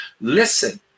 listen